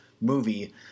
movie